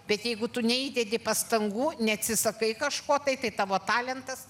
bet jeigu tu neįdedi pastangų neatsisakai kažko tai tai tavo talentas